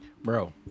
Bro